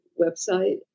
website